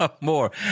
more